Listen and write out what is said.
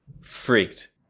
Freaked